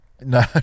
No